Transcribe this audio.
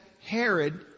Herod